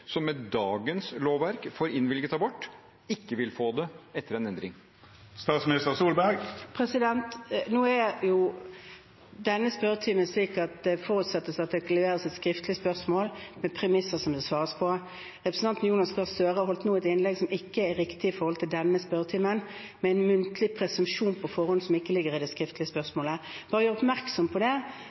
som fører til at kvinner som med dagens lovverk får innvilget abort, ikke vil få det?» Nå er jo denne spørretimen slik at det forutsettes at det leveres et skriftlig spørsmål med premisser som det svares på. Representanten Jonas Gahr Støre holdt nå et innlegg som ikke er riktig i forhold til denne spørretimen, med en muntlig presumsjon på forhånd som ikke ligger i det skriftlige spørsmålet. Jeg bare gjør oppmerksom på det,